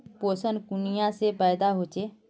पोषण कुनियाँ से पैदा होचे?